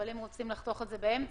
אבל הם רוצים לחתוך את זה באמצע.